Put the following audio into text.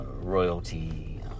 royalty